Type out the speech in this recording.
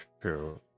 true